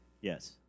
Yes